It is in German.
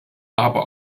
aber